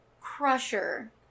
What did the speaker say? crusher